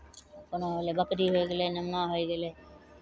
जेना होलै बकरी होइ गेलै निम्मा होइ गेलै